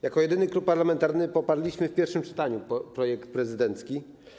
Jako jedyny klub parlamentarny poparliśmy w pierwszym czytaniu projekt prezydencki.